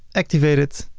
activate it.